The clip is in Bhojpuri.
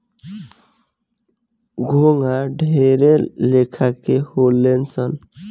घोंघा ढेरे लेखा के होले सन